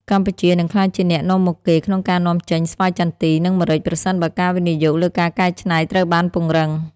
កម្ពុជានឹងក្លាយជាអ្នកនាំមុខគេក្នុងការនាំចេញស្វាយចន្ទី និងម្រេច ប្រសិនបើការវិនិយោគលើការកែច្នៃត្រូវបានពង្រឹង។